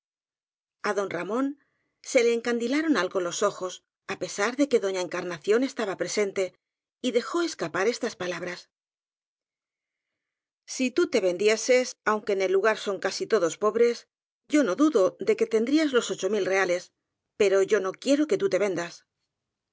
á don ramón se le encandilaron algo los ojos á pesar de que doña encarnación estaba presente y dejó escapar estas palabras si tú te vendieses aunque en el lugar son casi todos pobres yo no dudo de que tendrías os ocho mil reales pero yo no quiero que tú te vendas